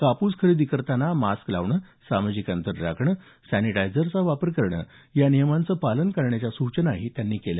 कापूस खरेदी करताना मास्क लावणं सामाजिक अंतर राखणं सॅनिटायखरचा वापर करणं या नियमांचं पालन करण्याच्या सूचनाही त्यांनी दिल्या